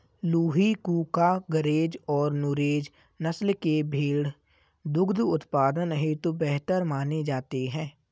लूही, कूका, गरेज और नुरेज नस्ल के भेंड़ दुग्ध उत्पादन हेतु बेहतर माने जाते हैं